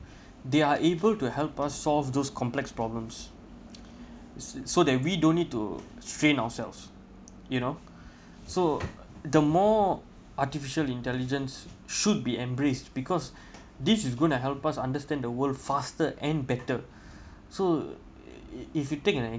they are able to help us solve those complex problems so that we don't need to strain ourselves you know so the more artificial intelligence should be embraced because this is gonna help us understand the world faster and better so if you think right